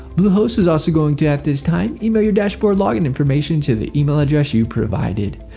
bluehost is also going to at this time email your dashboard login information to the email address you provided.